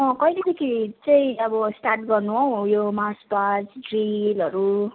अँ कहिलेदेखि चाहिँ अब स्टार्ट गर्नु हौ उयो मार्चपास्ट ड्रिलहरू